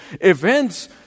events